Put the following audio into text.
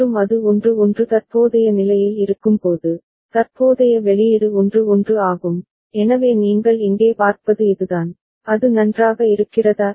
மற்றும் அது 1 1 தற்போதைய நிலையில் இருக்கும்போது தற்போதைய வெளியீடு 1 1 ஆகும் எனவே நீங்கள் இங்கே பார்ப்பது இதுதான் அது நன்றாக இருக்கிறதா